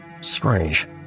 Strange